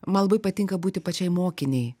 man labai patinka būti pačiai mokinei